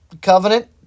covenant